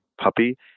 puppy